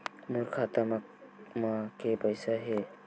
मोर खाता म के पईसा हे?